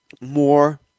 more